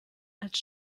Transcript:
als